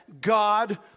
God